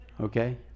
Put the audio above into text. Okay